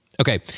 Okay